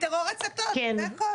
החמאס הוציא קריאה לטרור הצתות, זה הכול.